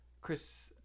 Chris